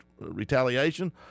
retaliation